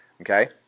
Okay